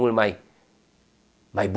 when my my